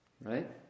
right